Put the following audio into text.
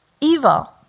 evil